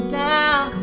down